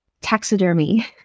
taxidermy